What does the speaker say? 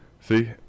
See